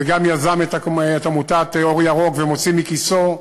וגם יזם את עמותת "אור ירוק", ומוציא מכיסו,